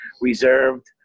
reserved